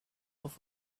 off